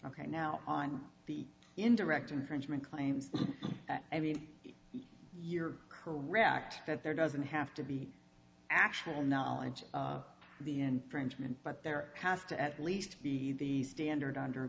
ok now on the indirect infringement claims i mean you're correct that there doesn't have to be actual knowledge of the end print but there has to at least be the standard under